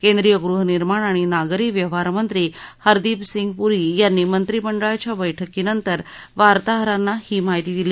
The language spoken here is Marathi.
केंद्रीय गृहनिर्माण आणि नागरी व्यवहार मंत्री हरदीपसिंग पुरी यांनी मंत्रिमंडळाच्या बैठकीनंतर वार्ताहरांना ही माहिती दिली